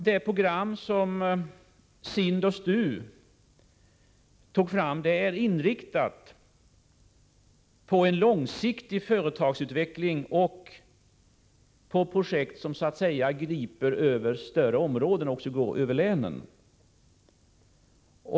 Det program som SIND och STU tog fram är inriktat på en långsiktig företagsutveckling och på projekt som griper över större områden och går över länen.